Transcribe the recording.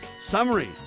Summary